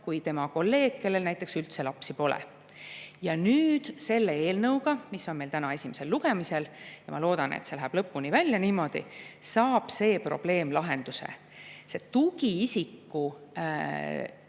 kui tema kolleeg, kellel üldse lapsi pole. Ja nüüd selle eelnõuga, mis on meil täna esimesel lugemisel – ja ma loodan, et see läheb lõpuni välja –, saab see probleem lahenduse. See tugiisiku